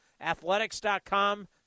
Athletics.com